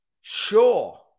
Sure